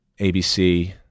ABC